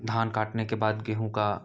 धान काटने के बाद गेहूँ का